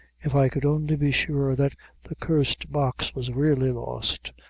if i could only be sure that the cursed box was really lost,